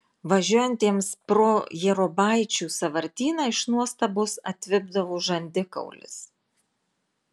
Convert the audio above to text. važiuojantiems pro jėrubaičių sąvartyną iš nuostabos atvipdavo žandikaulis